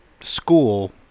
school